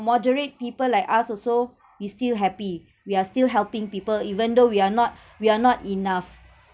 moderate people like us also we still happy we are still helping people even though we are not we are not enough